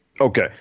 Okay